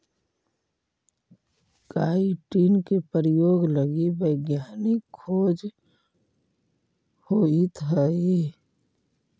chitin के प्रयोग लगी वैज्ञानिक खोज होइत हई